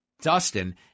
Dustin